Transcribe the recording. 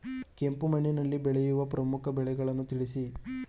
ಕೆಂಪು ಮಣ್ಣಿನಲ್ಲಿ ಬೆಳೆಯುವ ಪ್ರಮುಖ ಬೆಳೆಗಳನ್ನು ತಿಳಿಸಿ?